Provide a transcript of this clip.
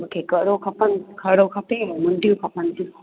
मूंखे कड़ो खपनि कड़ो खपे अन मुंडियूं खपनि थियूं